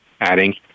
adding